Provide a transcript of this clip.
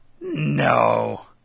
No